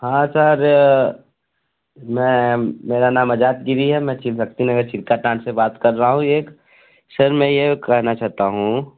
हाँ सर मैं मेरा नाम अजाद गिरी है मैं शिव शक्तिनगर चिल्काटांड से बात कर रहा हूँ एक सर मैं ये कहना चाहता हूँ